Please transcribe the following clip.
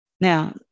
Now